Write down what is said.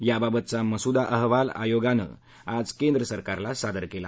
याबाबतचा मसुदा अहवाल आयोगानं आज कंद्र सरकारला सादर केला